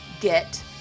get